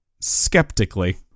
skeptically